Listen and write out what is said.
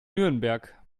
nürnberg